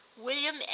William